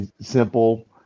simple